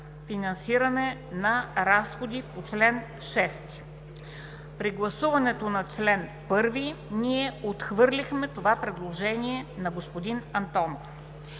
финансиране на разходи по чл. 6. При гласуването на чл. 1, ние отхвърлихме това предложение на господин Антонов.